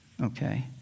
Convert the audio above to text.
Okay